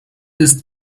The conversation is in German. ist